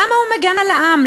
למה הוא מגן על העם?